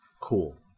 cool